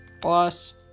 plus